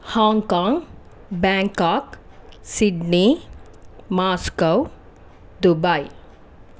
Hong Kong Bangkok Sydney Moscow Dubai